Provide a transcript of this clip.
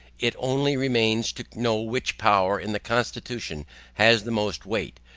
it only remains to know which power in the constitution has the most weight,